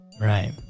right